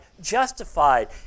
justified